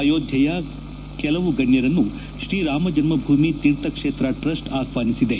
ಆಯೋಧ್ಯೆಯ ಕೆಲವು ಗಣ್ಠರನ್ನು ಶ್ರೀ ರಾಮಜನ್ಮ ಭೂಮಿ ಶೀರ್ಥಕ್ಷೇತ್ರ ಟ್ರಸ್ಟ್ ಆಪ್ವಾನಿಸಿದೆ